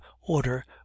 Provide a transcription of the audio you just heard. order